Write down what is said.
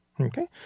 okay